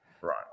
Right